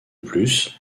plus